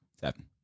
Seven